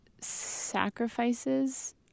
sacrifices